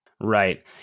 right